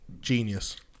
Genius